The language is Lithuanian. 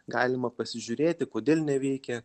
galima pasižiūrėti kodėl neveikia